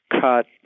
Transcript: cut